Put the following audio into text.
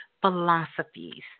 philosophies